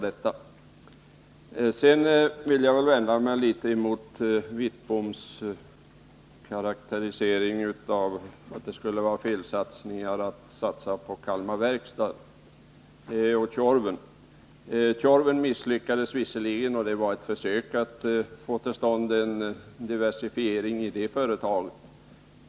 Sedan vill jag vända mig mot Bengt Wittboms karakterisering, att det skulle vara fel att satsa på Kalmar Verkstad och på Tjorven. Tjorven misslyckades visserligen. Det var ett försök att få till stånd en diversifiering i det företaget.